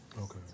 Okay